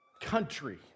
country